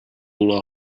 all